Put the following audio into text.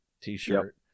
t-shirt